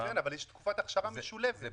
כן, אבל יש תקופת אכשרה משולבת.